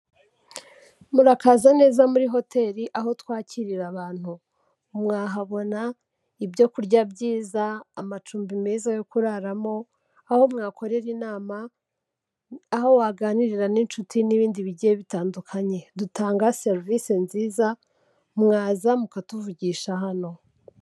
Murakaza neza muri hoteli aho twakirira abantu. Mwahabona ibyo kurya byiza, amacumbi meza yo kuraramo, aho mwakorera inama, aho waganirira n'inshuti n'ibindi bigiye bitandukanye. Dutanga serivise nziza, mwaza mukatuvugisha hano.